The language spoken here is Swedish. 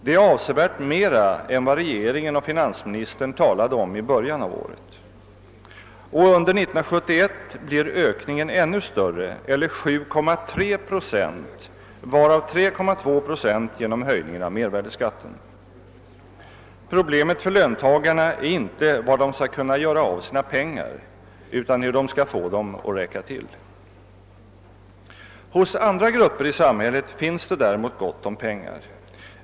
Det är avsevärt mer än vad regeringen och finansministern talade om i början av året. Under 1971 blir ökningen ännu större, eller 7,3 procent, varav 3,2 procent genom höjningen av mervärdeskatten. Problemet för löntagarna är inte var de skall kunna göra av sina pengar, utan hur de skall få dem att räcka till. Hos andra grupper i samhället finns det däremot gott om pengar.